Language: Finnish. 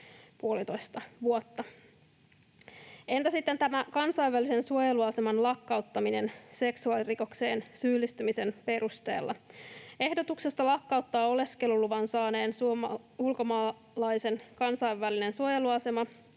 puolitoista vuotta. Entä sitten tämä kansainvälisen suojeluaseman lakkauttaminen seksuaalirikokseen syyllistymisen perusteella? Ehdotuksesta lakkauttaa oleskeluluvan saaneen ulkomaalaisen kansainvälinen suojeluasema